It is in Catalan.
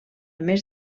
més